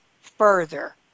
further